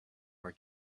are